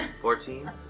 Fourteen